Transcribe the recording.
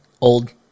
old